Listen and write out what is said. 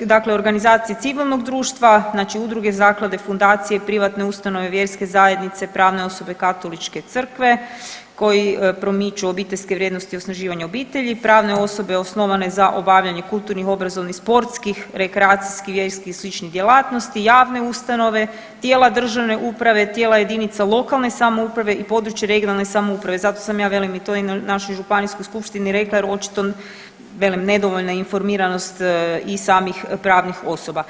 dakle organizacije civilnog društva, znači udruge, zaklade, fondacije, privatne ustanove, vjerske zajednice, pravne osobe katoličke crkve koji promiču obiteljske vrijednosti osnaživanja obitelji, pravne osobe osnovane za obavljanje kulturnih, obrazovnih, sportskih, rekreacijskih, vjerskih i sličnih djelatnosti, javne ustanove, tijela državne uprave, tijela JLS i područje regionalne samouprave, zato sam ja velim i to i na našoj županijskom skupštini rekla jer očito velim nedovoljna je informiranosti i samih pravnih osoba.